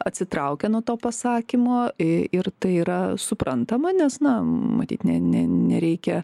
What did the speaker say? atsitraukia nuo to pasakymo i ir tai yra suprantama nes na matyt ne ne nereikia